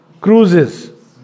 cruises